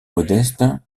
modeste